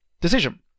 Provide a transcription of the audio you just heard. decision